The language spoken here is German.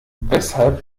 weshalb